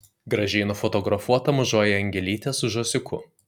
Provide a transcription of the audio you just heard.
gražiai nufotografuota mažoji angelytė su žąsiuku